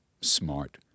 smart